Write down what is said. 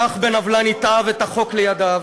לקח בן-עוולה נתעב את החוק לידיו,